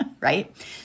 right